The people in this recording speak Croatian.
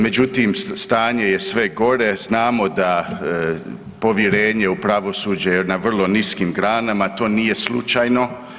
Međutim, stanje je sve gore, znamo da povjerenje u pravosuđe je na vrlo niskim granama, to nije slučajno.